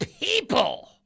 people